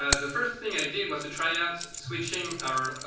ah the first thing i did was to try out switching our